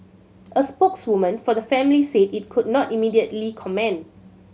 a spokeswoman for the family said it could not immediately comment